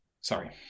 Sorry